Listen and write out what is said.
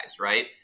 right